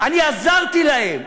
אני עזרתי להם.